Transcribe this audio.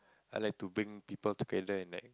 I like to bring people together and like